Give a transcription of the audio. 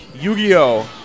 Yu-Gi-Oh